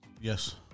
Yes